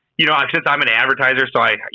you know, um since i'm an advertiser, so you know,